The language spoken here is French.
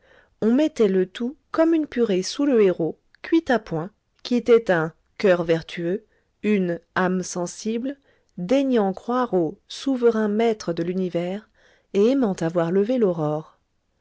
on mettait le tout comme une purée sous le héros cuit à point qui était un coeur vertueux une âme sensible daignant croire au souverain maître de l'univers et aimant à voir lever l'aurore